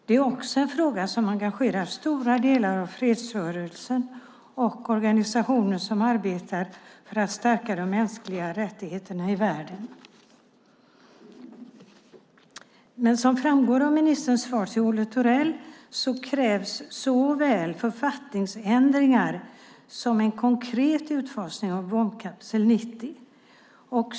Det är också en fråga som engagerar stora delar av fredsrörelsen och organisationer som arbetar för att stärka de mänskliga rättigheterna i världen. Som framgår av ministerns svar till Olle Thorell krävs dock såväl författningsändringar som en konkret utfasning av bombkapsel 90.